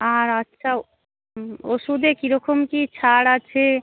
আর আচ্ছা ওষুধে কী রকম কী ছাড় আছে